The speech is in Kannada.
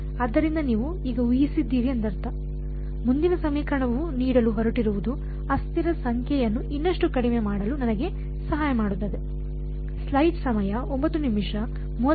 ಆದ್ದರಿಂದ ನೀವು ಈಗ ಉಹಿಸಿದ್ದೀರಿ ಎಂದರ್ಥ ಮುಂದಿನ ಸಮೀಕರಣವು ನೀಡಲು ಹೊರಟಿರುವುದು ಅಸ್ಥಿರಗಳ ಸಂಖ್ಯೆಯನ್ನು ಇನ್ನಷ್ಟು ಕಡಿಮೆ ಮಾಡಲು ನನಗೆ ಸಹಾಯ ಮಾಡುತ್ತದೆ